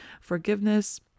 forgiveness